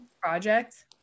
project